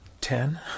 ten